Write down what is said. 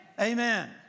Amen